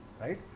right